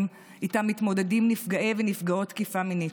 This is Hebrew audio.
שאיתם מתמודדים נפגעי ונפגעות תקיפה מינית.